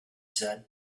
said